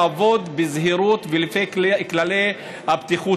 לעבוד בזהירות ולפי כללי הבטיחות,